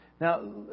now